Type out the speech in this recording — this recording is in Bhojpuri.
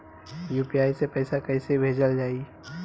यू.पी.आई से पैसा कइसे भेजल जाई?